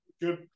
good